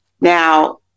Now